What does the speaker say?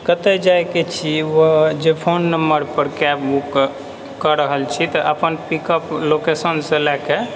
कतय जायके छी ओ जे फोन नम्बरपर कैब बुक कऽ रहल छियै तऽ अपन पिकअप लोकेशनसँ लअ कऽ